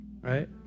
Right